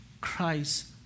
Christ